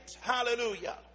Hallelujah